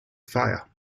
fire